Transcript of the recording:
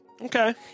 okay